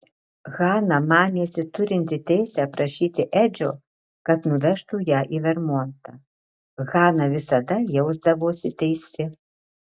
hana manėsi turinti teisę prašyti edžio kad nuvežtų ją į vermontą hana visada jausdavosi teisi